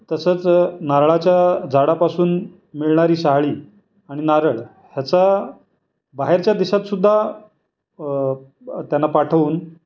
तसंच नारळाच्या झाडापासून मिळणारी शहाळी आणि नारळ ह्याचा बाहेरच्या देशातसुद्धा त्यांना पाठवून